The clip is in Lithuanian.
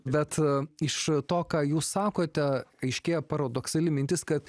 bet iš to ką jūs sakote aiškėja paradoksali mintis kad